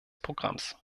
programms